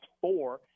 four